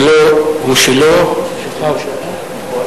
שלו הוא שלו, שלך הוא שלך.